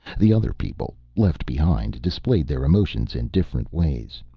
the other people, left behind, displayed their emotions in different ways.